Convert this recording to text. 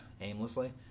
aimlessly